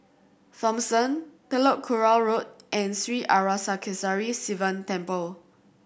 Thomson Telok Kurau Road and Sri Arasakesari Sivan Temple